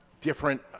different